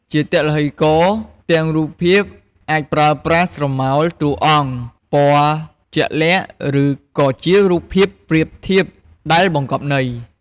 ជាទឡ្ហីករណ៍ ផ្ទាំងរូបភាពអាចប្រើប្រាស់ស្រមោលតួអង្គ ពណ៌ជាក់លាក់ ឬក៏ជារូបភាពប្រៀបធៀបដែលបង្កប់ន័យ ។